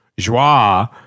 Joie